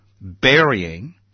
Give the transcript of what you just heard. burying